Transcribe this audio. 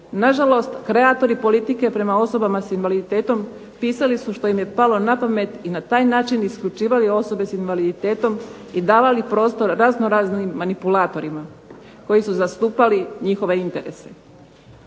Na žalost kreatori politike prema osobama sa invaliditetom pisali su što im je palo na pamet i na taj način isključivali osobe sa invaliditetom i davali prostor razno raznim manipulatorima koji su zastupali njihove interese.